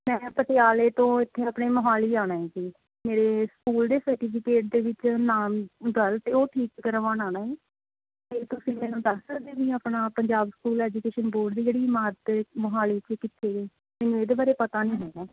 ਮੈਂ ਪਟਿਆਲੇ ਤੋਂ ਇੱਥੇ ਆਪਣੇ ਮੋਹਾਲੀ ਆਉਣਾ ਹੈ ਜੀ ਮੇਰੇ ਸਕੂਲ ਦੇ ਸਰਟੀਫਿਕੇਟ ਦੇ ਵਿੱਚ ਨਾਮ ਗਲਤ ਹੈ ਉਹ ਠੀਕ ਕਰਵਾਉਣ ਆਉਣਾ ਹੈ ਅਤੇ ਤੁਸੀਂ ਮੈਨੂੰ ਦੱਸ ਸਕਦੇ ਹੋ ਵੀ ਆਪਣਾ ਪੰਜਾਬ ਸਕੂਲ ਐਜੂਕੇਸ਼ਨ ਬੋਰਡ ਦੀ ਜਿਹੜੀ ਇਮਾਰਤ ਮੋਹਾਲੀ 'ਚ ਕਿੱਥੇ ਮੈਨੂੰ ਇਹਦੇ ਬਾਰੇ ਪਤਾ ਨਹੀਂ ਹੈਗਾ